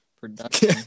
Production